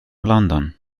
london